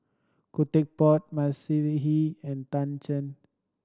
Khoo Teck Puat Mavis Hee and Tan Shen